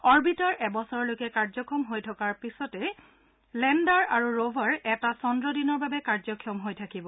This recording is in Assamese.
অৰবিটাৰ এবছৰলৈকে কাৰ্যক্ষম হৈ থকাৰ বিপৰীতে লেণ্ডাৰ আৰু ৰভাৰ এটা চন্দ্ৰ দিনৰ বাবে কাৰ্যক্ষম হৈ থাকিব